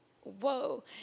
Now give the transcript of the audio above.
whoa